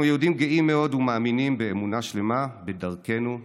אנחנו יהודים גאים מאוד ומאמינים באמונה שלמה בדרכנו שלנו.